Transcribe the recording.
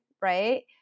right